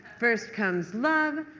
first comes love,